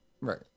Right